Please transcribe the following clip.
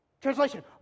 Translation